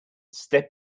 step